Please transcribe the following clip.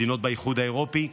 מדינות באיחוד האירופי.